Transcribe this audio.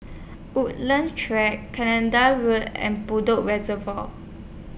Woodleigh Track Canada Road and Bedok Reservoir